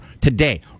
today